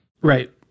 Right